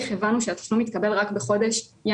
אני שאלתי לגבי 2,650,